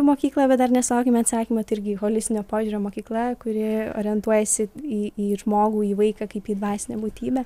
mokyklą bet dar nesulaukėme atsakymo irgi holistinio požiūrio mokykla kuri orientuojasi į į žmogų į vaiką kaip į dvasinę būtybę